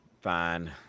Fine